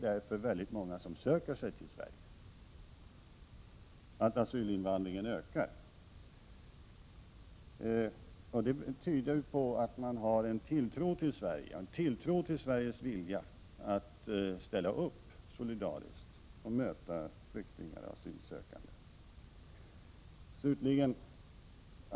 Därför söker sig så många till Sverige och asylinvandringen ökar. Det tyder på att man har tilltro till Sverige och svenskarnas vilja att ställa upp solidariskt och ta emot flyktingar och asylsökande.